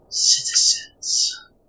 Citizens